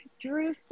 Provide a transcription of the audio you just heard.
Drew